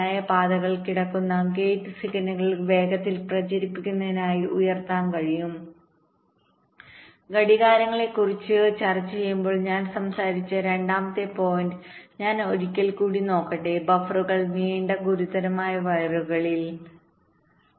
നിർണായക പാതകളിൽ കിടക്കുന്ന ഗേറ്റുകൾ സിഗ്നൽ വേഗത്തിൽ പ്രചരിപ്പിക്കുന്നതിനായി ഉയർത്താൻ കഴിയും ഘടികാരങ്ങളെക്കുറിച്ച് ചർച്ച ചെയ്യുമ്പോൾ ഞാൻ സംസാരിച്ച രണ്ടാമത്തെ പോയിന്റ് ഞാൻ ഒരിക്കൽ കൂടി നോക്കട്ടെ ബഫറുകൾ നീണ്ട ഗുരുതരമായ വയറുകളിൽ തിരുകാം